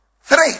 three